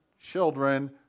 children